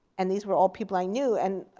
and these were all people i knew. and